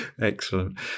excellent